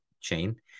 chain